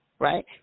right